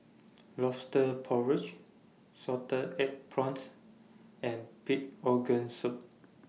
Lobster Porridge Salted Egg Prawns and Pig Organ Soup